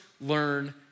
learn